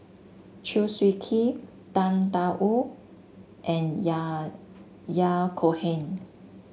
Chew Swee Kee Tang Da Wu and Yahya Cohen